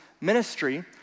ministry—